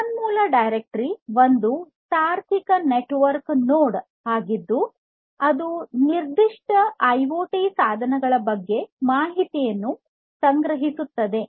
ಸಂಪನ್ಮೂಲ ಡೈರೆಕ್ಟರಿ ಒಂದು logical network node ಆಗಿದ್ದು ಅದು ನಿರ್ದಿಷ್ಟ ಐಒಟಿ ಸಾಧನಗಳ ಬಗ್ಗೆ ಮಾಹಿತಿಯನ್ನು ಸಂಗ್ರಹಿಸುತ್ತದೆ